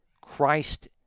christ